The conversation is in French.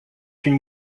une